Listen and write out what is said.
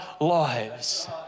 lives